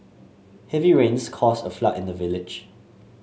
heavy rains caused a flood in the village